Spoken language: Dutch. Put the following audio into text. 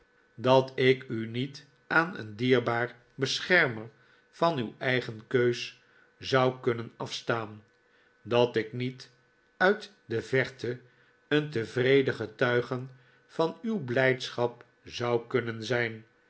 dat ik u niet aan een dierbaar beschermer van uw eigen keus zou kunnen afstaan dat ik niet uit de verte een tevreden getuige van uw blijdschap zou kunnen zijn